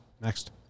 Next